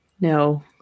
No